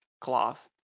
cloth